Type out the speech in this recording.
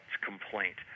complaint